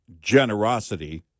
generosity